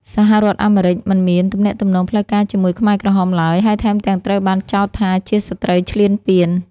សហរដ្ឋអាមេរិកមិនមានទំនាក់ទំនងផ្លូវការជាមួយខ្មែរក្រហមឡើយ ហើយថែមទាំងត្រូវបានចោទថាជាសត្រូវឈ្លានពាន។